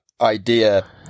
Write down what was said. idea